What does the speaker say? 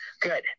Good